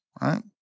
right